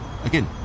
Again